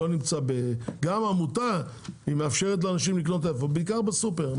גם עמותה מאפשרת לאנשים לקנות בעיקר בסופר.